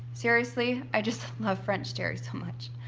seriously i just love french terry so much.